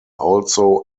also